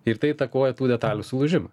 ir tai įtakoja tų detalių sulūžimą